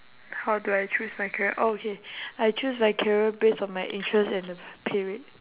how do I choose my career oh okay I choose my career base on my interest and the pay rate